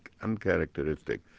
uncharacteristic